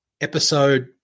episode